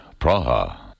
Praha